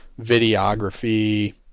videography